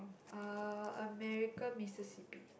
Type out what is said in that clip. uh America Mississipi